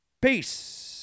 Peace